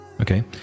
Okay